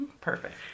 Perfect